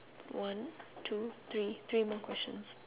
one two three three more questions